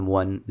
one